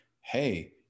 hey